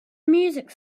music